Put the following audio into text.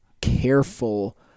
careful